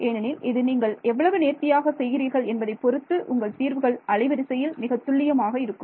ஏனெனில் இது நீங்கள் எவ்வளவு நேர்த்தியாக செய்கிறீர்கள் என்பதை பொறுத்து உங்கள் தீர்வுகள் அலைவரிசையில் மிகத் துல்லியமாக இருக்கும்